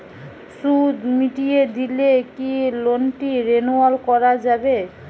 সুদ মিটিয়ে দিলে কি লোনটি রেনুয়াল করাযাবে?